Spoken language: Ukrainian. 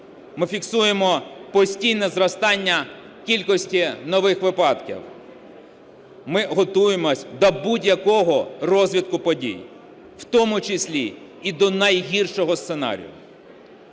Ми фіксуємо постійне зростання кількості нових випадків. Ми готуємося до будь-якого розвитку подій, в тому числі і до найгіршого сценарію.